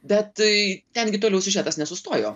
bet ten gi toliau siužetas nesustojo